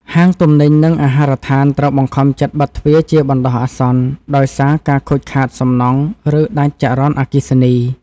ហាងទំនិញ និងអាហារដ្ឋានត្រូវបង្ខំចិត្តបិទទ្វារជាបណ្តោះអាសន្នដោយសារការខូចខាតសំណង់ ឬដាច់ចរន្តអគ្គិសនី។